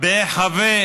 בהיחבא